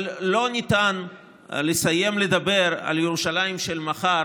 אבל לא ניתן לסיים לדבר על ירושלים של מחר